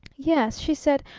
yes, she said,